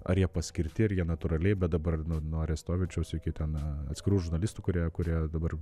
ar jie paskirti ar jie natūraliai bet dabar nu nuo arestovinčiaus iki ten atskirų žurnalistų kurie kurie dabar